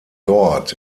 dort